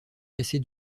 casser